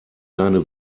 deine